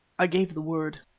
i gave the word,